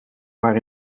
maar